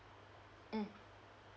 mm